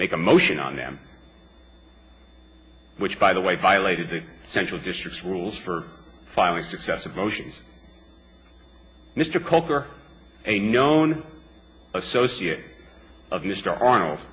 make a motion on them which by the way violated the central district rules for filing successive motions mr kolker a known associate of mr arnold